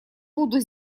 буду